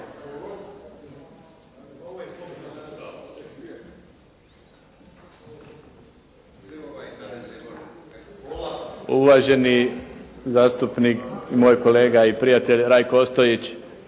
Uvaženi zastupnik, moj kolega i prijatelj Rajko Ostojić